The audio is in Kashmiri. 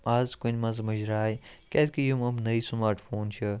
آز کُنہِ منٛز مُجراے کیازکہِ یِم یِم نٔے سُمارٹ فون چھِ